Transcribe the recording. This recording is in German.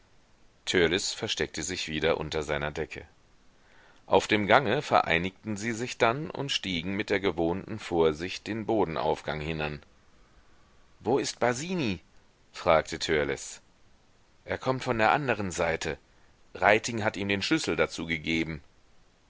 versteckte sich wieder unter seiner decke auf dem gange vereinigten sie sich dann und stiegen mit der gewohnten vorsicht den bodenaufgang hinan wo ist basini fragte törleß er kommt von der anderen seite reiting hat ihm den schlüssel dazu gegeben